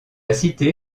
cité